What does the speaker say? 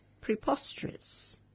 preposterous